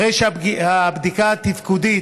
הרי שהבדיקה התפקודית,